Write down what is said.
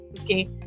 okay